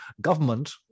government